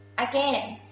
again,